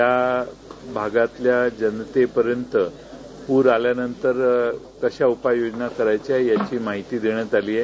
या भागातल्या जनतेपर्यंत पूर आल्यानंतर कशा उपाययोजना करायच्या याची माहिती देण्यात आली आहे